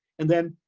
and then,